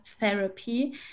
therapy